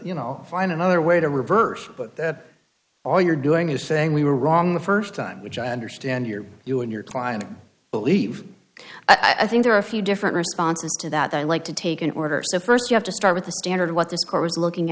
you know find another way to reverse but all you're doing is saying we were wrong the first time which i understand your you and your client i believe i think there are a few different responses to that i like to take in order so first you have to start with the standard what the score was looking